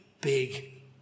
big